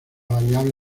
variable